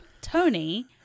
Tony